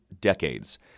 decades